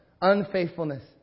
unfaithfulness